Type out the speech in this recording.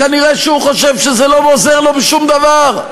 כנראה הוא חושב שזה לא עוזר לו בשום דבר.